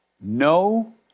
No